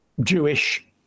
Jewish